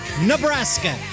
nebraska